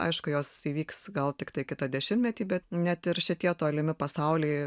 aišku jos įvyks gal tiktai kitą dešimtmetį bet net ir šitie tolimi pasauliai